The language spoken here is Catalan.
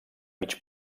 mig